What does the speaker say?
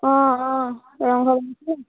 অঁ অঁ ৰংঘৰ বনাইছে নেকি